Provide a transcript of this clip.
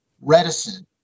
reticent